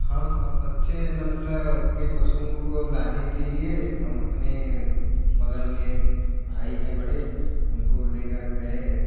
हम अब अच्छे नस्ल के पशुओं को लाने के लिए हम अपने बग़ल में भाई हैं बड़े उनको ले कर गए